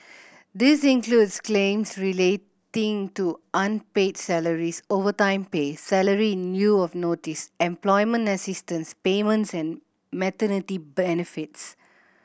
this includes claims relating to unpaid salaries overtime pay salary in lieu of notice employment assistance payments and maternity benefits